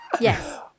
yes